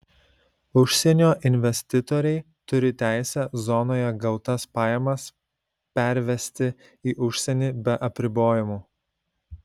užsienio investitoriai turi teisę zonoje gautas pajamas pervesti į užsienį be apribojimų